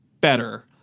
better